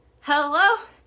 Hello